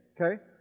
okay